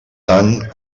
tant